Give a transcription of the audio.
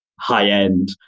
high-end